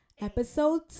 Episode